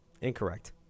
Incorrect